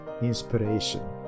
inspiration